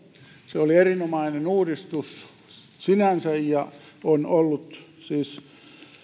se oli erinomainen uudistus sinänsä ja on ollut siis